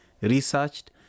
researched